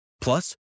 Plus